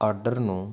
order ਨੂੰ